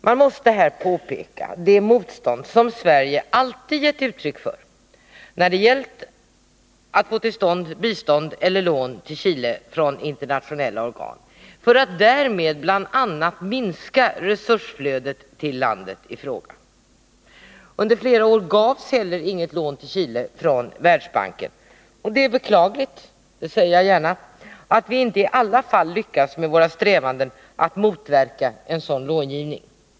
Man måste här peka på det motstånd som Sverige alltid gett uttryck för när Chile det gällt bistånd och lån till Chile från internationella organ för att därmed bl.a. minska resursflödet till landet i fråga. Under flera år gavs heller inget lån till Chile från Världsbanken, och det är beklagligt — det säger jag gärna — att vi inte lyckas i våra strävanden att motverka en sådan långivning.